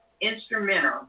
instrumental